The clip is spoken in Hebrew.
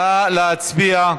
נא להצביע.